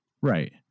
right